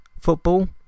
football